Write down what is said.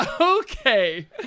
Okay